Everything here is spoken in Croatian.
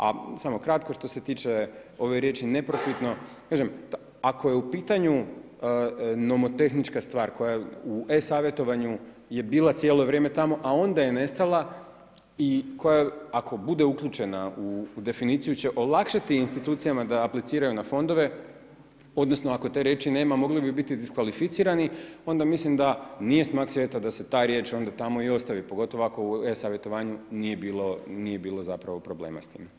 A samo kratko, što se tiče ove riječi neprofitno, kažem ako je u pitanju novotehnička stvar koja u e-savjetovanu je bila cijelo vrijeme tamo a onda je nestala i koja ako bude uključena u definiciju će olakšati institucijama da apliciraju na fondove odnosno ako te riječi nema, moglo bi biti diskvalificirani, onda mislim da nije smak svijeta da se ta riječ tamo onda i ostavi pogotovo ako u e-savjetovanju nije bilo zapravo problema s tim.